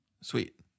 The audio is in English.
sweet